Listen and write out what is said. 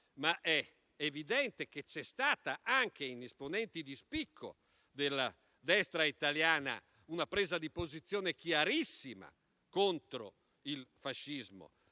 ma è evidente che c'è stata - anche in esponenti di spicco della destra italiana - una presa di posizione chiarissima contro il fascismo,